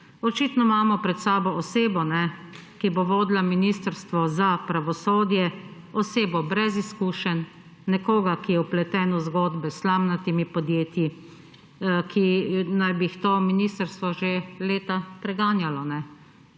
Očitno imamo pred osebo, ki bo vodila ministrstvo za pravosodje, osebo brez izkušanje, nekoga, ki je vpleten v zgodbe s slamnatimi podjetji, ki naj bi jih to ministrstvo že leta preganjalo.